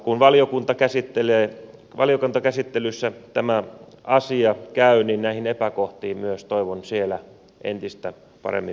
kun valiokuntakäsittelyssä tämä asia käy niin näihin epäkohtiin myös toivon siellä entistä paremmin puututtavan